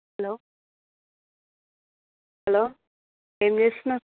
hello hello ఏమి చేస్తున్నావు